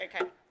Okay